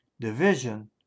Division